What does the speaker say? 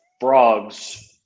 frogs